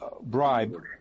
bribe